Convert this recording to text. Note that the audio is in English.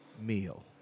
meal